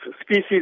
species